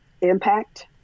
impact